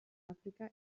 afrika